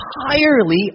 entirely